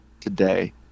today